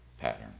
pattern